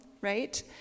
right